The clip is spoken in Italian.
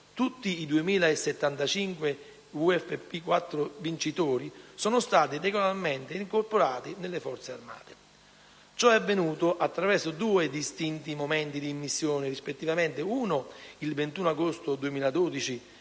tutti i 2.075 VFP 4 vincitori sono stati regolarmente incorporati nelle Forze armate. Ciò è avvenuto attraverso due distinti momenti di immissione, rispettivamente in data 21 agosto 2012